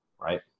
right